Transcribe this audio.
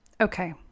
Okay